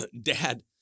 dad